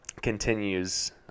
continues